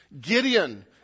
Gideon